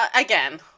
Again